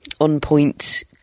on-point